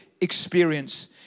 experience